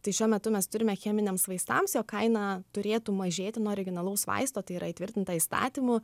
tai šiuo metu mes turime cheminiams vaistams jo kaina turėtų mažėti nuo originalaus vaisto tai yra įtvirtinta įstatymu